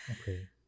Okay